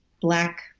black